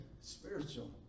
spiritual